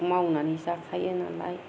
मावनानै जाखायो नालाय